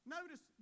Notice